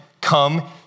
come